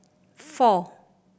four